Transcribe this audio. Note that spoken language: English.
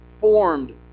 formed